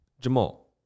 Jamal